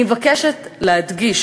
אני מבקשת להדגיש,